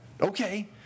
Okay